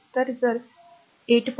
तर जर ते a8